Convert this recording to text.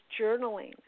journaling